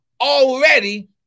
already